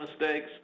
mistakes